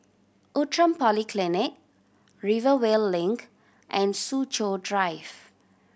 Outram Polyclinic Rivervale Link and Soo Chow Drive